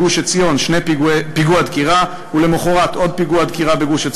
עוד פיגוע דקירה בחברון,